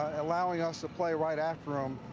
allowing us to play right after um